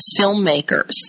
filmmakers